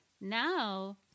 Now